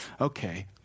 Okay